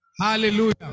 hallelujah